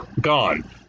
gone